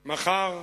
מחר,